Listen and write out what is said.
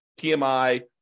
PMI